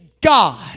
God